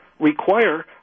require